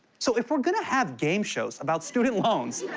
so if we're gonna have game shows about student loans,